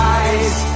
eyes